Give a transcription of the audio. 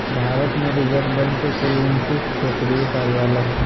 भारत में Reserve Bank के कुल उन्तीस क्षेत्रीय कार्यालय हइ